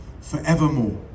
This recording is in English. forevermore